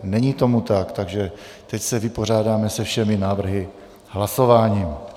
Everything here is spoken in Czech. Není tomu tak, takže teď se vypořádáme se všemi návrhy hlasováním.